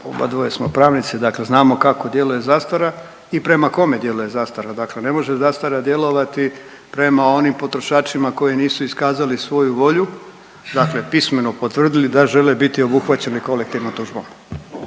obadvoje smo pravnici, dakle znamo kako djeluje zastara i prema kome djeluje zastara. Dakle ne može zastara djelovati prema onim potrošačima koji nisu iskazali svoju volju, dakle pismeno potvrdili da žele biti obuhvaćeni kolektivnom tužbom.